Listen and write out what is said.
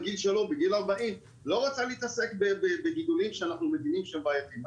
בגיל שלו 40 לא רצה להתעסק בגידולים שאנחנו מבינים שהם בעייתיים.